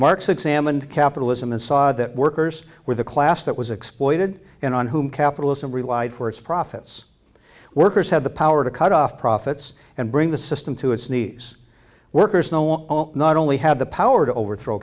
marx examined capitalism and saw that workers with a class that was exploited and on whom capitalism relied for its profits workers had the power to cut off profits and bring the system to its knees workers no one not only had the power to overthrow